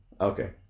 Okay